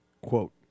quote